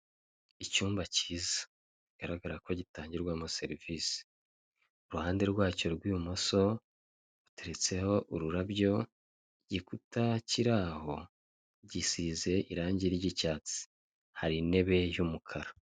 Icyumba kiza biragaragara ko gitangirwamo serivise. Uruhande rwacyo rw'ibumoso ruteretseho ururabyo, igikuta kiri aho gisize irange ry'icyatsi, hari intebe y'umukara.